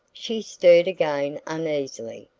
she stirred again uneasily,